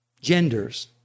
genders